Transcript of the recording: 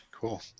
Cool